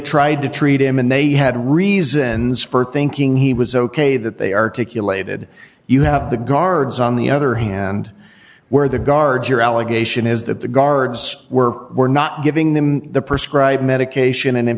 tried to treat him and they had reasons for thinking he was ok that they articulated you have the guards on the other hand were the guards your allegation is that the guards were were not giving them the prescribed medication and in